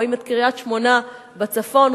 רואים את קריית-שמונה בצפון,